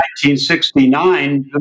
1969